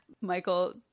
Michael